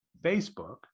Facebook